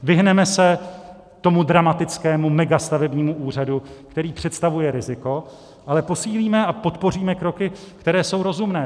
Vyhneme se tomu dramatickému mega stavebnímu úřadu, který představuje riziko, ale posílíme a podpoříme kroky, které jsou rozumné.